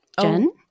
Jen